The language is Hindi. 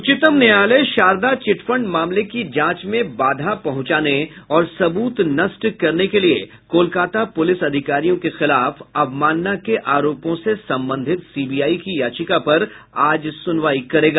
उच्चतम न्यायालय शारदा चिट फंड मामले की जांच में बाधा पहुंचाने और सबूत नष्ट करने के लिए कोलकता पुलिस अधिकारियों के खिलाफ अवमानना के आरोपों से संबंधित सीबीआई की याचिका पर आज सुनवाई करेगा